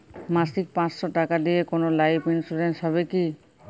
মাসিক পাঁচশো টাকা দিয়ে কোনো লাইফ ইন্সুরেন্স হবে কি?